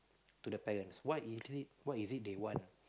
to the parents what is it what is it they want